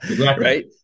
Right